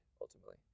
ultimately